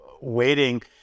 waiting